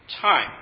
time